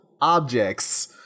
objects